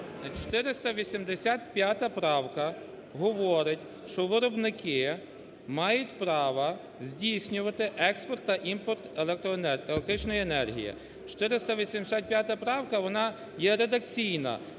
485 правка говорить, що виробники мають право здійснювати експорт та імпорт електричної енергії. 485-а правка вона є редакційна.